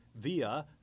via